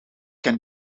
can